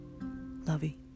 Lovey